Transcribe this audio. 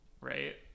right